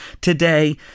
Today